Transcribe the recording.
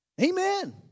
Amen